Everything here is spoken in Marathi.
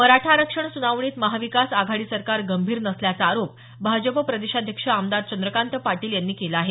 मराठा आरक्षण सुनावणीत महाविकास आघाडी सरकार गंभीर नसल्याचा आरोप भाजप प्रदेशाध्यक्ष आमदार चंद्रकांत पाटील यांनी केला आहे